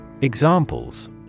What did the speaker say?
Examples